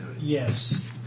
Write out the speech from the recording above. Yes